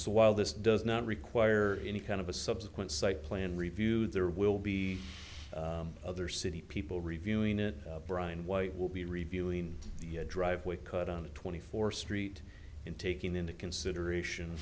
while this does not require any kind of a subsequent site plan review there will be other city people reviewing it brian white will be reviewing the driveway cut on a twenty four street in taking into consideration